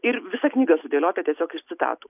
ir visa knyga sudėliota tiesiog iš citatų